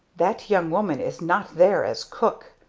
that young woman is not there as cook!